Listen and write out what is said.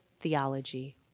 theology